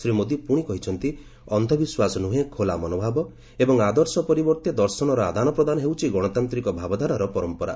ଶ୍ରୀ ମୋଦି ପୁଣି କହିଛନ୍ତି ଅନ୍ଧବିଶ୍ୱାସ ନୁହେଁ ଖୋଲା ମନୋଭାବ ଏବଂ ଆଦର୍ଶ ପରିବର୍ତ୍ତେ ଦର୍ଶନର ଆଦାନପ୍ରଦାନ ହେଉଛି ଗଣତାନ୍ତିକ ଭାବଧାରାର ପରମ୍ପରା